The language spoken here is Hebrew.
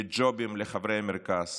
לג'ובים לחברי מרכז,